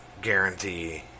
guarantee